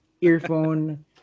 earphone